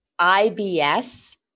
IBS